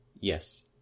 Yes